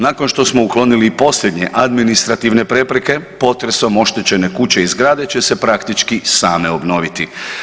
Nakon što uklonili i posljednje administrativne prepreke, potresom oštećene kuće i zgrada će se praktički same obnoviti.